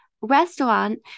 restaurant